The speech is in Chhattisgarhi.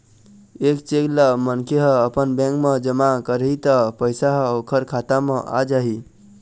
ए चेक ल मनखे ह अपन बेंक म जमा करही त पइसा ह ओखर खाता म आ जाही